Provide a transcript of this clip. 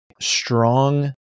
strong